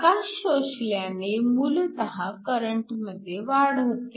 प्रकाश शोषल्याने मूलतः करंटमध्ये वाढ होते